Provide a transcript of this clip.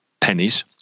pennies